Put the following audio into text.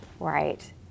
right